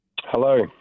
Hello